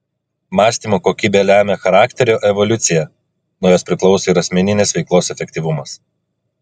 mąstymo kokybė lemia charakterio evoliuciją nuo jos priklauso ir asmeninės veiklos efektyvumas